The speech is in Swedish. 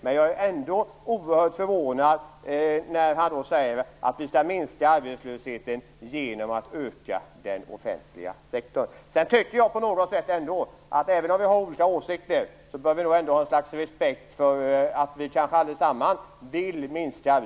Men jag blir ändå oerhört förvånad när han säger att man skall minska arbetslösheten genom att öka den offentliga sektorn. Även om vi har olika åsikter tycker jag att vi bör ha något slags respekt för att vi kanske allesammans vill minska arbetslösheten.